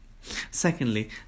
secondly